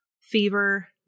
fever